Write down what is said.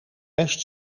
best